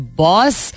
boss